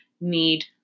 need